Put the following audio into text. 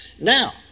Now